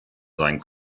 sein